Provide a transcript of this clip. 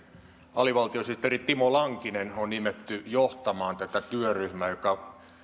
alivaltiosihteeri timo lankinen on nimetty johtamaan työryhmää joka